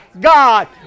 God